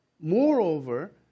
Moreover